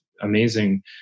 amazing